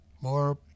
more